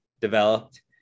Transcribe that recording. developed